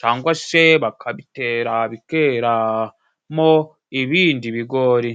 cangwa se bakabitera bikeramo ibindi bigori